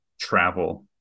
travel